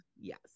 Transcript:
yes